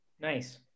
Nice